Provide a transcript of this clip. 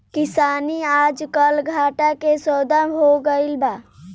किसानी आजकल घाटा के सौदा हो गइल बा